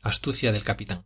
astucia del capitán